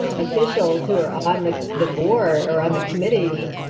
officials who are on the the board, or on the committee.